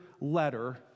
letter